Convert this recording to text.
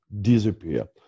disappear